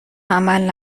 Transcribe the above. عمل